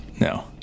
no